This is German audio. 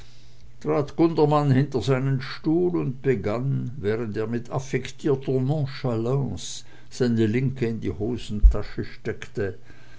gundermann hinter seinen stuhl und begann während er mit affektierter nonchalance seine linke in die hosentasche steckte